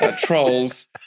trolls